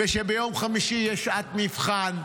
ושביום חמישי יש שעת מבחן.